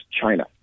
China